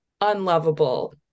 unlovable